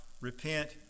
repent